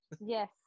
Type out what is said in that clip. Yes